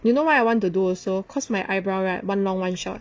you know why I want to do also cause my eyebrow right [one] long [one] short